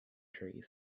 trees